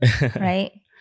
right